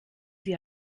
sie